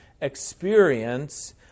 experience